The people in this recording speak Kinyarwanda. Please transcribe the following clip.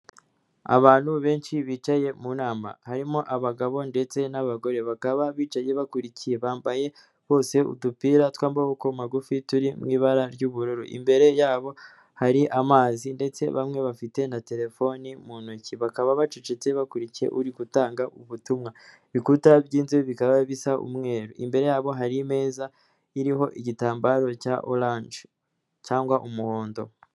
Abantu benshi bicaye mu nama, harimo abagabo ndetse n'abagore, bakaba bicaye bakurikiye, bambaye bose udupira tw'amaboko magufi turi mu ibara ry'ubururu, imbere yabo hari amazi ndetse bamwe bafite na telefoni mu ntoki, bakaba bacecetse bakurikiye uri gutanga ubutumwa, ibikuta by'inzu bikaba bisa umweru, imbere yabo hari imeza iriho igitambaro cya oranje cyangwa umuhondo.